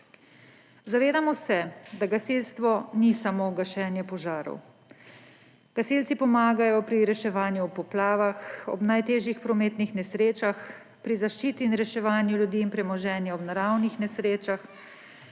Zavedamo se, da gasilstvo ni samo gašenje požarov. Gasilci pomagajo pri reševanju v poplavah, ob najtežjih prometnih nesrečah, pri zaščiti in reševanju ljudi in premoženja ob naravnih nesrečah,